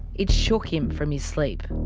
it shook him from his sleep.